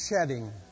shedding